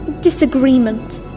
disagreement